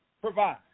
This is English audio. provide